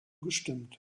gestimmt